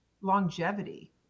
longevity